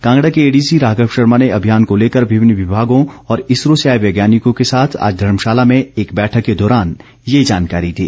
कांगड़ा के एडीसी राघव शर्मा ने अभियान को लेकर विभिन्न विमागों और इसरो से आए वैज्ञानिकों के साथ आज धर्मशाला में एक बैठक के दौरान ये जानकारी दी